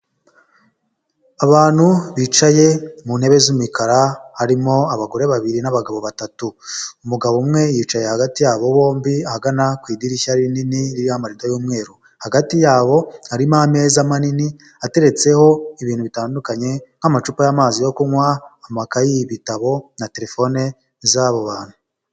Abantu bicaye mu ntebe z'umukara harimo abagore babiri n'abagabo batatu. Umugabo umwe yicaye hagati yabo bombi ahagana ku idirishya rinini ririho amarido y'umweru, hagati yabo harimo ameza manini ateretseho ibintu bitandukanye nk'amacupa y'amazi yo kunywaha, amakayeyi, ibitabo na telefone z'abo bantu.